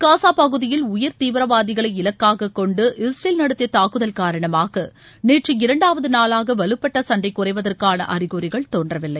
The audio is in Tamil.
காஸா பகுதியில் உயர் தீவிரவாதிகளை இலக்காகக்கொன்டு இஸ்ரேல் நடத்திய தாக்குதல் காரணமாக நேற்று இரண்டாவது நாளாக வலுப்பட்ட சண்டை குறைவதற்கான அறிகுறிகள் தோன்றவில்லை